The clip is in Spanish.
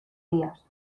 días